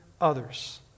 others